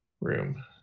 room